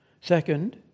Second